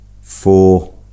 four